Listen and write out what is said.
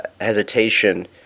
hesitation